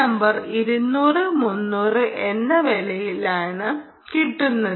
ഈ നമ്പർ 200 300 എന്ന ലെവലിനാണ് കിട്ടുന്നത്